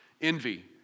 Envy